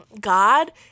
God